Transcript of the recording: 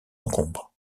encombre